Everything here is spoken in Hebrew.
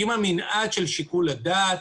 עם המנעד של שיקול הדעת,